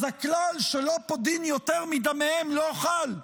אז הכלל שלא פודים יותר מדמיהם לא חל?